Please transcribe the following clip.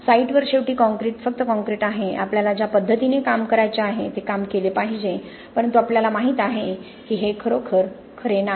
site वर शेवटी concrete फक्त कॉंक्रिट आहे आपल्याला ज्या पद्धतीने काम करायचे आहे ते काम केले पाहिजे परंतु आम्हाला माहित आहे की हे खरोखर खरे नाही